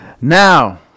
now